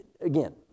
again